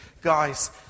guys